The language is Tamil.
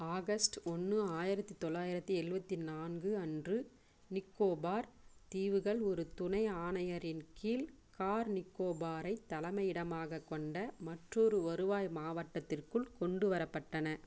ஆகஸ்டு ஒன்று ஆயிரத்து தொள்ளாயிரத்தி ஏழுபத்தி நான்கு அன்று நிக்கோபார் தீவுகள் ஒரு துணை ஆணையரின் கீழ் கார் நிக்கோபாரைத் தலைமையிடமாகக் கொண்ட மற்றொரு வருவாய் மாவட்டத்திற்குள் கொண்டு வரப்பட்டன